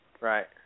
right